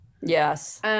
Yes